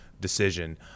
decision